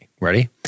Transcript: Ready